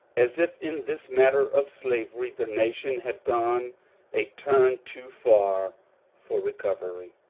as if in this matter of slavery the nation had gone a turn too far for recovery.